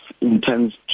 intends